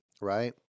right